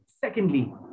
Secondly